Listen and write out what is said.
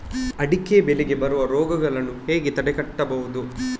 ಅಡಿಕೆ ಬೆಳೆಗೆ ಬರುವ ರೋಗಗಳನ್ನು ಹೇಗೆ ತಡೆಗಟ್ಟಬಹುದು?